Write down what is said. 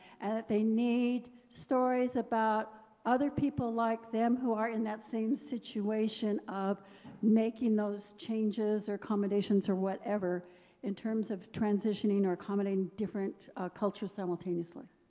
and that they need stories about other people like them who are in that same situation of making those changes or accommodations or whatever in terms of transitioning or accommodating different culture simultaneously.